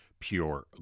pure